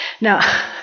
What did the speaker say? Now